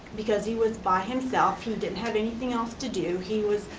because he was by himself, he didn't have anything else to do, he was,